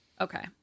Okay